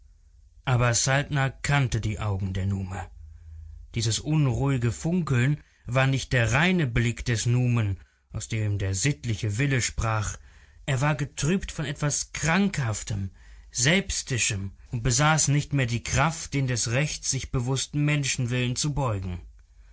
aber saltner kannte die augen der nume dieses unruhige funkeln war nicht der reine blick des numen aus dem der sittliche wille sprach er war getrübt von etwas krankhaftem selbstischem und besaß nicht mehr die kraft den des rechts sich bewußten menschenwillen zu beugen